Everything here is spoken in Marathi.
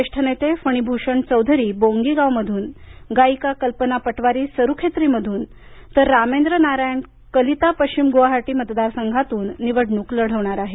ज्येष्ठ नेते फणी भूषण चौधरी बोंगीगाव मधून गायिका कल्पना पटवारी सरुखेत्री मधून तर रामेंद्र नारायण कलिता पश्चिम गुवाहाटी मतदार संघातून निवडणूक लढवणार आहेत